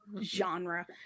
genre